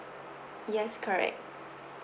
yes correct